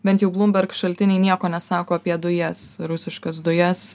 bent jau bloomberg šaltiniai nieko nesako apie dujas rusiškas dujas